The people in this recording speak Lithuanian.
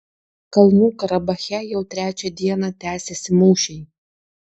kalnų karabache jau trečią dieną tęsiasi mūšiai